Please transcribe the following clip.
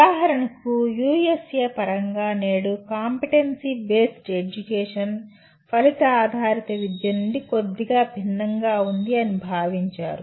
ఉదాహరణకు యుఎస్ఎ పరంగా నేడు కాంపిటెన్సీ బేస్డ్ ఎడ్యుకేషన్ ఫలిత ఆధారిత విద్య నుండి కొద్దిగా భిన్నంగా ఉంది అని భావించారు